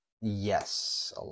yes